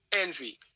Envy